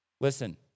Listen